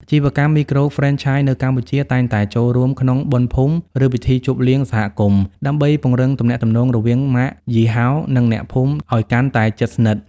អាជីវកម្មមីក្រូហ្វ្រេនឆាយនៅកម្ពុជាតែងតែចូលរួមក្នុង "បុណ្យភូមិ ឬពិធីជប់លៀងសហគមន៍" ដើម្បីពង្រឹងទំនាក់ទំនងរវាងម៉ាកយីហោ និងអ្នកភូមិឱ្យកាន់តែជិតស្និទ្ធ។